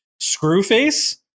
Screwface